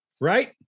right